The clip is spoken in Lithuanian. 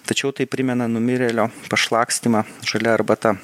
tačiau tai primena numirėlio pašlakstymą žalia arbata